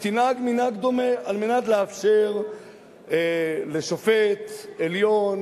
תנהג מנהג דומה על מנת לאפשר לשופט עליון,